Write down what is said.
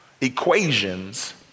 equations